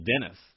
Dennis